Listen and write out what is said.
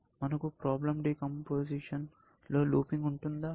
మనకు problem decomposition లో looping ఉంటుందా